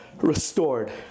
restored